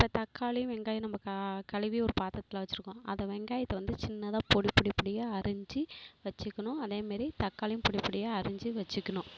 அப்போ தக்காளியும் வெங்காயம் நம்ம க கழுவி ஒரு பாத்தரத்தில் வச்சிருக்கோம் அதை வெங்காயத்தை வந்து சின்னதாக பொடிப்பொடிப்பொடியா அரிஞ்சி வச்சிக்கணும் அதே மாதிரி தக்காளியும் பொடிப்பொடியாக அரிஞ்சி வச்சிக்கணும்